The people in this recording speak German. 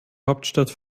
hauptstadt